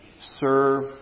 Serve